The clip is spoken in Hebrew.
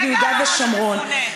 וגם עמונה תפונה.